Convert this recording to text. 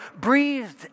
breathed